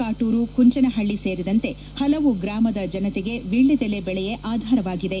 ಕಾಟೂರು ಗುಂಚನಹಳ್ಳಿ ಸೇರಿದಂತೆ ಪಲವು ಗ್ರಾಮದ ಜನತೆಗೆ ವೀಳ್ಳೆದೆಲೆ ಬೆಳೆಯೇ ಆಧಾರವಾಗಿದೆ